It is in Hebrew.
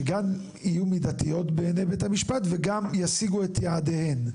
שגם יהיו מידתיות בעיני בית המשפט וגם ישיגו את יעדיהן.